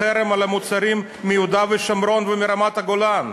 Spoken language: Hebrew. לחרם על מוצרים מיהודה ושומרון ומרמת-הגולן.